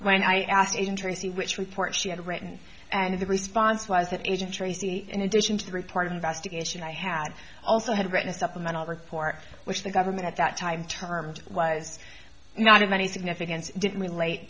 when i asked interesting which report she had written and the response was that agent tracy in addition to the report of investigation i had also had written a supplemental report which the government at that time termed was not of any significance didn't relate